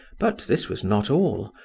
but this was not all,